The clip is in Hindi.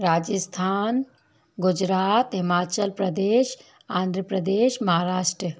राजिस्थान गुजरात हिमाचल प्रदेश आंध्र प्रदेश महाराष्ट्र